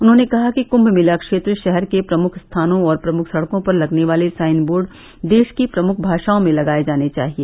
उन्होंने कहा कि कृम्भ मेला क्षेत्र शहर के प्रमुख स्थानों और प्रमुख सड़कों पर लगने वाले साइन बोर्ड देश की प्रमुख भाषाओं में लगाये जाने चाहिए